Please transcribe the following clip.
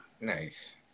Nice